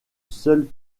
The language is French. seule